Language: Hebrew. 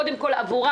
קודם כול עבורם,